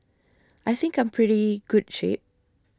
I think I'm pretty good shape